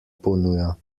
ponuja